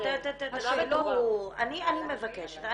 אני מבקשת.